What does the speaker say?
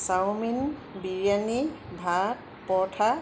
chowmein biryani ভাত পৰঠা